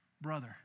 brother